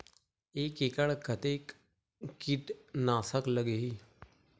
एक एकड़ कतेक किट नाशक लगही?